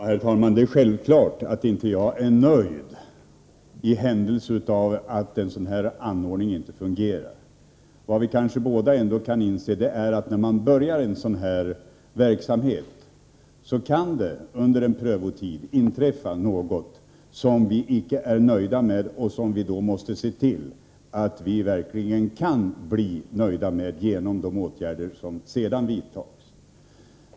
Herr talman! Det är självklart att jag inte är nöjd i händelse av att en sådan här anordning inte fungerar. Vad vi båda kanske ändå kan inse är att när man påbörjar en sådan här verksamhet kan det under en prövotid inträffa något som vi icke är nöjda med och som vi då måste se till att vi verkligen kan bli nöjda med genom ytterligare åtgärder.